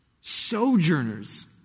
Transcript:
Sojourners